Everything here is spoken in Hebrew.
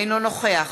אינו נוכח